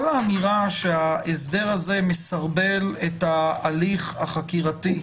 כל האמירה שההסדר הזה מסרבל את ההליך החקירתי,